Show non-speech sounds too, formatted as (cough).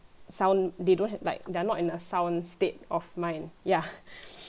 sound they don't have like they are not in a sound state of mind yeah (breath)